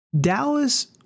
Dallas